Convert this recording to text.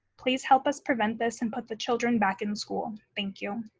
please help us prevent this and put the children back in school, thank you.